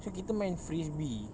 so kita main frisbee